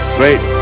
great